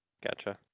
Gotcha